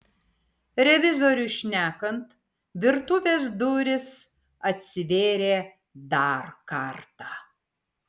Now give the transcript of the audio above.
revizoriui šnekant virtuvės durys atsivėrė dar kartą